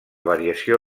variació